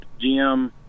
GM